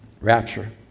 rapture